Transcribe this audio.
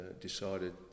decided